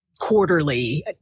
Quarterly